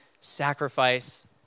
sacrifice